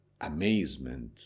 amazement